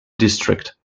district